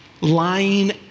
Lying